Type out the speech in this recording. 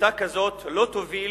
שיטה כזאת לא תוביל